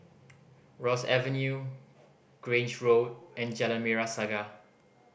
Ross Avenue Grange Road and Jalan Merah Saga